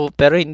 pero